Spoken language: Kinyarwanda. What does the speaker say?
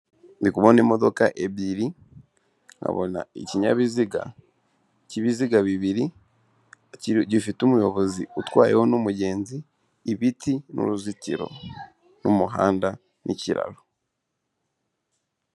Ndi kubona imodoka ebyiri, nkabona ikinyabiziga cy'ibiziga bibiri gifite umuyobozi utwayeho n'umugenzi, ibiti, n'uruzitiro, n'umuhanda n'ikiraro.